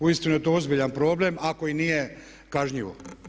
Uistinu je to ozbiljan problem, ako i nije kažnjivo.